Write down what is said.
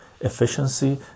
efficiency